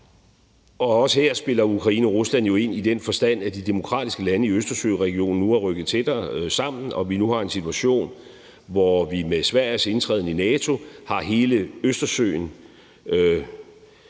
og også her spiller Ukraine og Rusland jo ind i den forstand, at de demokratiske lande i Østersøregionen nu er rykket tættere sammen, og vi nu har en situation, hvor vi med Sveriges indtræden i NATO har hele Østersøen